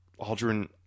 Aldrin